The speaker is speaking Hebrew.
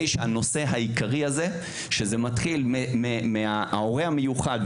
שהנושא העיקרי הזה שזה מתחיל מההורה המיוחד,